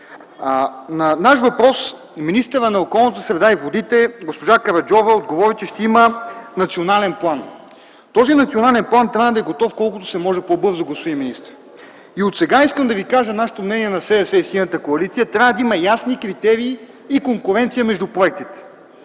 На наш въпрос министърът на околната среда и водите госпожа Караджова отговори, че ще има национален план. Този национален план трябва да е готов колкото се може по-бързо, господин министър. Отсега искам да Ви кажа мнението на СДС и на Синята коалиция – трябва да има ясни критерии и конкуренция между проектите.